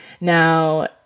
Now